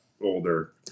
older